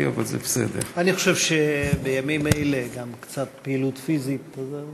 ושני צווים ואין אליהם שום התנגדות וזכות דיבור,